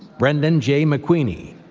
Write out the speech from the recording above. brendan j. mcqueeney,